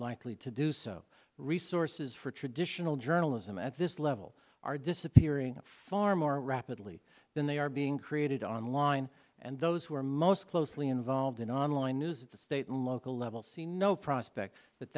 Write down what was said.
likely to do so resources for traditional journalism at this level are disappearing far more rapidly than they are being created online and those who are most closely involved in online news at the state and local level see no prospect that